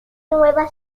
nueva